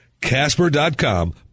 Casper.com